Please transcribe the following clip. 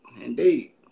Indeed